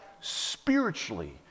spiritually